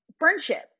friendship